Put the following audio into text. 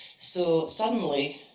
so suddenly,